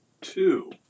two